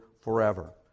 forever